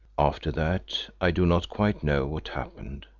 after that i do not quite know what happened.